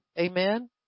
Amen